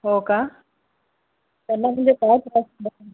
हो का त्यांना म्हणजे काय त्रास झाला